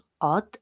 odd